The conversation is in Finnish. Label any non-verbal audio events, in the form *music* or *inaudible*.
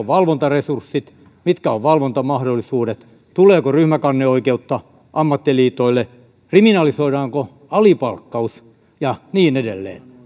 *unintelligible* valvontaresurssit mitkä ovat valvontamahdollisuudet tuleeko ryhmäkanneoikeutta ammattiliitoille kriminalisoidaanko alipalkkaus ja niin edelleen *unintelligible*